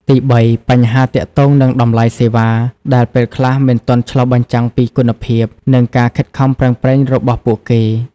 ទីបី បញ្ហាទាក់ទងនឹងតម្លៃសេវា ដែលពេលខ្លះមិនទាន់ឆ្លុះបញ្ចាំងពីគុណភាព និងការខិតខំប្រឹងប្រែងរបស់ពួកគេ។